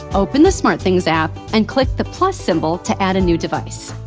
open the smartthings app and click the plus symbol to add a new device.